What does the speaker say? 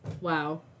Wow